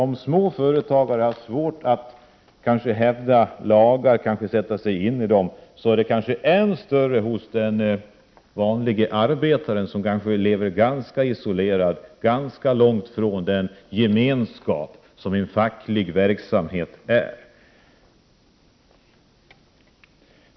Om små företagare har svårt att sätta sig in i olika lagar, är det kanske ännu svårare för den vanliga arbetaren, som kanske lever isolerad och långt från den gemenskap som en facklig verksamhet innebär.